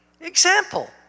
Example